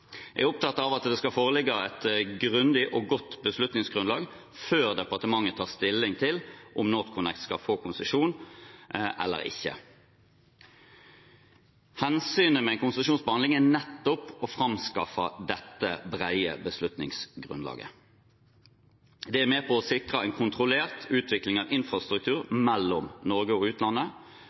Jeg er opptatt av at det skal foreligge et grundig og godt beslutningsgrunnlag før departementet tar stilling til om NorthConnect skal få konsesjon eller ikke. Hensikten med en konsesjonsbehandling er nettopp å framskaffe dette brede beslutningsgrunnlaget. Det er med på å sikre en kontrollert utvikling av infrastruktur mellom Norge og utlandet.